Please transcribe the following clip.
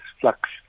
flux